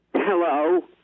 Hello